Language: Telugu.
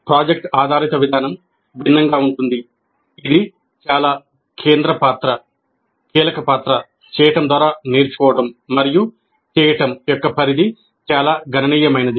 ప్రాజెక్ట్ ఆధారిత విధానం భిన్నంగా ఉంటుంది ఇది చాలా కేంద్ర పాత్ర కీలక పాత్ర 'చేయడం ద్వారా నేర్చుకోవడం' మరియు 'చేయడం' యొక్క పరిధి చాలా గణనీయమైనది